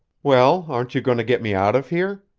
well, aren't you going to get me out of here?